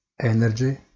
energy